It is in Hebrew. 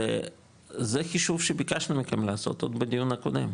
וזה חישוב שביקשנו מכם עוד לעשות בדיון הקודם.